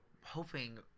hoping